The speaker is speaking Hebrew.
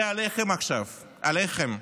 זה עליכם עכשיו, עליכם.